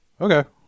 Okay